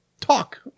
talk